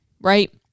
right